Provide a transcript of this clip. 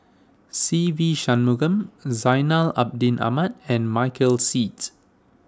Se Ve Shanmugam Zainal Abidin Ahmad and Michael Seet